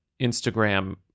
Instagram